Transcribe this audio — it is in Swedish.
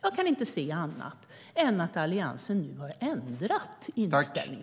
Jag kan inte se annat än att Alliansen nu har ändrat inställning.